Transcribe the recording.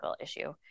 issue